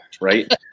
right